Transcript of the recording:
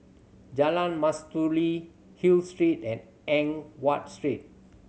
Jalan Mastuli Hill Street and Eng Watt Street